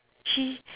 she